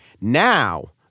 Now